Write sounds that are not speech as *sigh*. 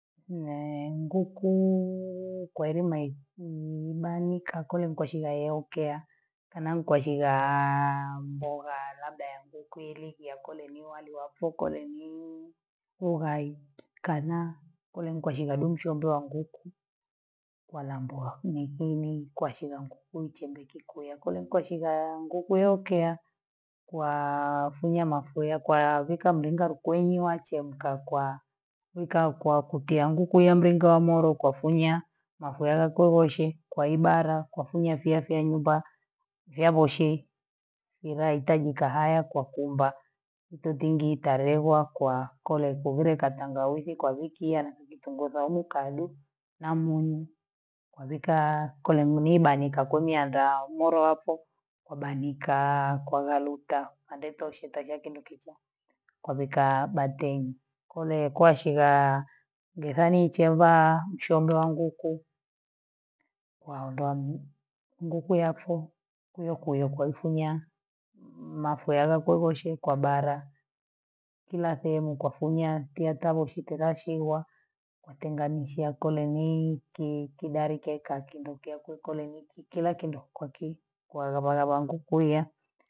Nee nguku kwaelimei nii banika kule nkoshi waiokea, kana nkwashivaa mboga labda ya nguku ili ya kula ni wali, yakukwo ni nini, ughai kana kule nikwashika dumshombe ya nguku, walambwa mitheni kwashika nku chendikikuya kule nko shika nguku yokea, kwaa funya mafuya kwa vika mlinga likonywa chemka kwa ika kwa kutia nguku ya mlinga ya moro kwafunya, mafua yakoreshe kwa ibara, kwafunya fya sha nyumba, zya boshii. ibha hitaji kahawa kwa kumba, ipo tingi italeghwa kwa kole kubhwile kwa tangawizi kwa vikiya na vivitungu vya mukadu, nami wavikaa kule muleba nika kumyandaa moro waso *hesitation* kwabanikaa kwa waluta andete ushits sha kindokichaa, kwabhika batenyi kole kwashikaa ndithani ichemvaa mshombe wa nguku, waondoa nguku yako, kwiokwio kwaifunya, mafua yakogoshe kwa bara kila sehemu kwafunya, pia ata boshite ghashiwa, watenganisha kole nii ki- kidali kyeka kimbukia ku kole ni kila kindo kwaki kwa Bhabha wangu kuya.